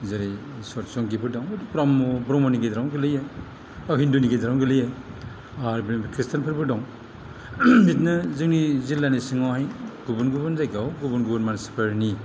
जेरै सतसंगीफोर दं ब्रह्म ब्रह्मफोरनि गेजेरावनो गोलैयो अ' हिन्दुनि गेजेरावनो गोलैयो आरो बेनिफ्राय ख्रिस्टानफोरबो दं बिदिनो जोंनि जिल्लानि सिङावहाय गुबुन गुबुन जायगायाव गुबुन गुबुन मानसिफोरनि